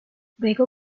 luego